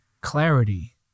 clarity